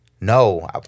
No